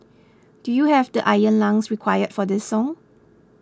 do you have the iron lungs required for this song